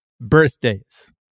birthdays